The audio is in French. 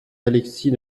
alexis